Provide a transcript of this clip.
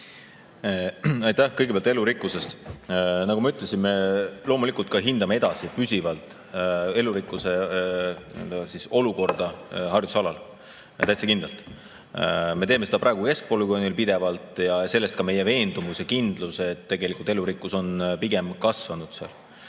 Aitäh! Kõigepealt elurikkusest. Nagu ma ütlesin, me loomulikult hindame edasi püsivalt elurikkuse olukorda harjutusalal, täitsa kindlalt. Me teeme seda praegu keskpolügoonil pidevalt ja sellest ka meie veendumus ja kindlus, et tegelikult elurikkus on pigem kasvanud seal